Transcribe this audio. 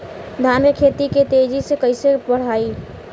धान क खेती के तेजी से कइसे बढ़ाई?